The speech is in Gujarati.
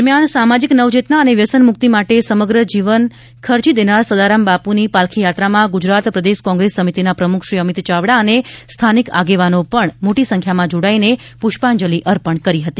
દરમિયાન સામાજિક નવચેતના અને વ્યસન મુક્તિ માટે સમગ્ર જીવન ખર્ચી દેનાર સદારામ બાપુની પાલખી યાત્રામાં ગુજરાત પ્રદેશ કોંગ્રેસ સમિતિના પ્રમુખ શ્રી અમિત ચાવડા અને સ્થાનિક આગેવાનો મોટી સંખ્યામાં જોડાઈને પુષ્પાજંલિ અર્પણ કરી હતી